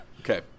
Okay